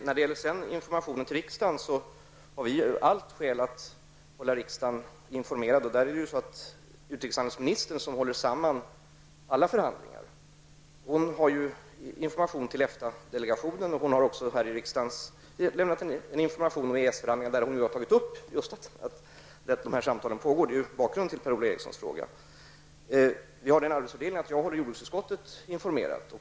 När det sedan gäller informationen till riksdagen har vi många skäl att hålla riksdagen informerad. Det är utrikeshandelsministern som håller samman alla förhandlingar och ger information till EFTA delegationen. Hon har också lämnat en information om EES-förhandlingarna här i riksdagen. Där har hon tagit upp just att de här samtalen pågår. Det är ju bakgrunden till Per-Ola Erikssons fråga. Vi har den arbetsfördelningen att jag håller jordbruksutskottet informerat.